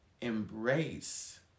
embrace